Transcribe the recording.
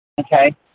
Okay